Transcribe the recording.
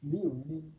没有 link